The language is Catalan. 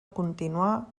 continuar